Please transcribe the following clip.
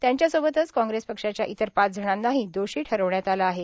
त्यांच्यासोबतच कांग्रेस पक्षाच्या इतर पाच जणांनाही दोषी ठरविण्यात आलं आहे